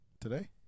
today